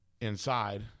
inside